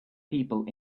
people